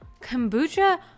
Kombucha